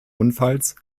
unfalls